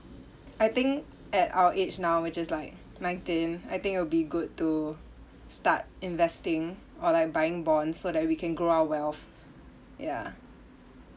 I think at our age now which is like nineteen I think it will be good to start investing or like buying bonds so that we can grow our wealth ya